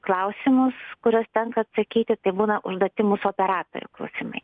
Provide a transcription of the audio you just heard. klausimus kuriuos tenka atsakyti tai būna užduoti mūsų operatoriam klausimai